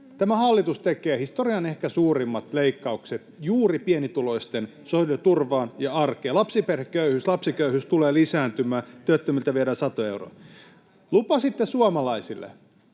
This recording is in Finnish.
Tämä hallitus tekee historian ehkä suurimmat leikkaukset juuri pienituloisten sosiaaliturvaan ja arkeen. Lapsiperheköyhyys tulee lisääntymään, työttömiltä viedään satoja euroja. [Oikealta: